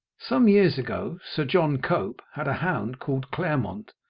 some years ago, sir john cope had a hound called clermont,